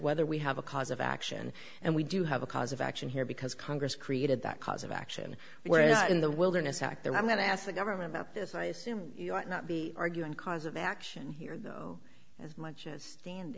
whether we have a cause of action and we do have a cause of action here because congress created that cause of action we were not in the wilderness act they were going to ask the government about this i assume you ought not be arguing cause of action here though as much as stand